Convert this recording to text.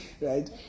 right